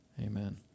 amen